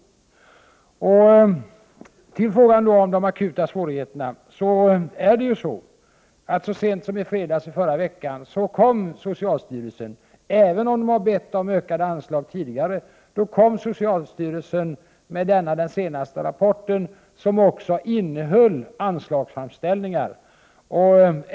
Angående frågan om de akuta svårigheterna kan jag nämna att socialstyrelsen så sent som i fredags i förra veckan kom med den senaste rapporten, som — även om man tidigare har begärt anslag — också innehöll anslagsframställningar.